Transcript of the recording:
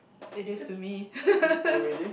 it is to me